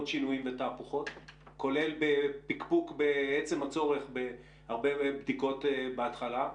שינויים ותהפוכות כולל בפקפוק בעצם הצורך בהרבה בדיקות בהתחלה.